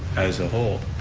as a whole,